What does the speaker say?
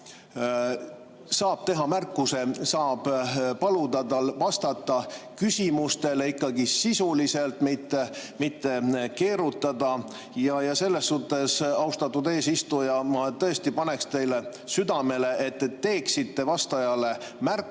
saab ta teha märkuse, saab paluda tal vastata küsimustele ikkagi sisuliselt, mitte keerutada. Ja selles suhtes, austatud eesistuja, ma tõesti paneksin teile südamele, et te teeksite vastajale märkuse,